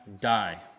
die